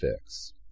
fix